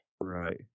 Right